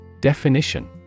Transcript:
Definition